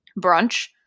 brunch